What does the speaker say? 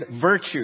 virtue